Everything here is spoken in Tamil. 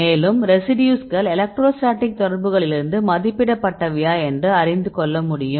மேலும் ரெசிடியூஸ்கள் எலக்ட்ரோஸ்டாட்டிக் தொடர்புகளிலிருந்து மதிப்பிடப்பட்டவையா என்று அறிந்துகொள்ள முடியும்